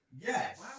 yes